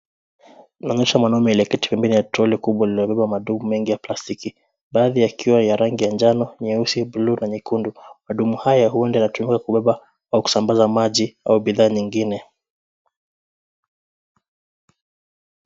Inaonyesha mwanaume aliyeketi kwa mbele ya troli kubwa lililobeba madumu mengi ya plastiki, baadhi yakiwa ya rangi ya njano, nyeusi, bluu na nyekundu, madumu hayo huenda yatumiwa kubeba, au kusambaza maji au bidhaa nyingine.